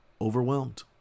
overwhelmed